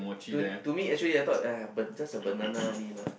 to to me actually I thought !aiya! just a banana only lah